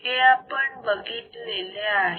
हे आपण बघितलेले आहे